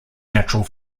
natural